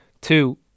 two